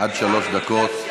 עד שלוש דקות.